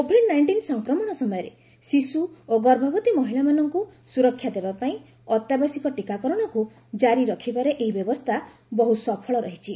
Covid nineteen ସଂକ୍ରମଣ ସମୟରେ ଶିଶୁ ଓ ଗର୍ଭବତୀ ମହିଳାମାନଙ୍କୁ ସୁରକ୍ଷା ଦେବା ପାଇଁ ଅତ୍ୟାବଶ୍ୟକ ଟୀକାକରଣକୁ ଜାରୀ ରଖିବାରେ ଏହି ବ୍ୟବସ୍ଥା ବହୃତ ସଫଳ ରହିଛି